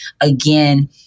again